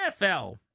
NFL